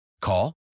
Call